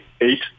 eight